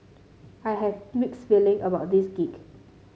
I have mixed feeling about this gig